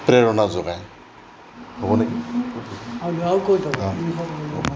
প্ৰেৰণা যোগায় হ'ব নেকি